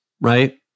right